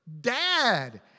dad